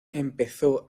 empezó